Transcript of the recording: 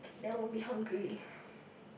then will be hungry